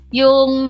yung